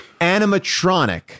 animatronic